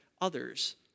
others